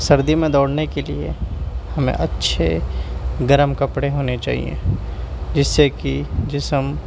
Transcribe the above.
سردی میں دوڑنے کے لیے ہمیں اچھے گرم کپڑے ہونے چاہئے جس سے کہ جسم